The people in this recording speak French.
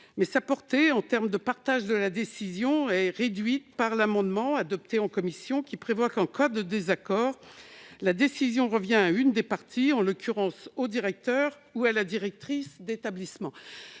Mais sa portée sur le partage de la décision est réduite par l'amendement adopté en commission, qui a pour objet que, en cas de désaccord, la décision revient à l'une des parties, en l'occurrence le directeur ou la directrice d'établissement.